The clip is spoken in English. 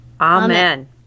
amen